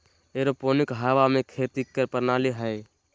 aeroponic हवा में खेती करे के प्रणाली हइ